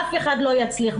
אף אחד לא יצליח.